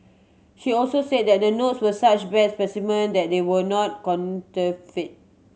she also say that the notes were such bad specimen that they were not counterfeit